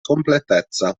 completezza